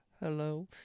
Hello